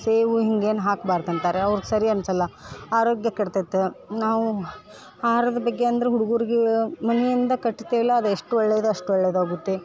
ಸೇವು ಹಿಂಗೇನೂ ಹಾಕ್ಬಾರ್ದು ಅಂತಾರ ಅವ್ರ್ಗೆ ಸರಿ ಅನಿಸಲ್ಲ ಆರೋಗ್ಯ ಕೆಡ್ತೈತೆ ನಾವು ಆಹಾರದ ಬಗ್ಗೆ ಅಂದ್ರೆ ಹುಡುಗುರ್ಗೆ ಮನೆಯಿಂದ ಕಟ್ತೆವಲ್ಲ ಅದು ಎಷ್ಟು ಒಳ್ಳೇದು ಅಷ್ಟು ಒಳ್ಳೆಯದಾಗುತ್ತೆ